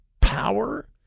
power